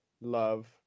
love